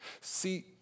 See